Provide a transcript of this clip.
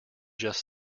just